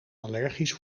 allergisch